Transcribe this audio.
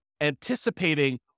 anticipating